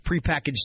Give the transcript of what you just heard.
prepackaged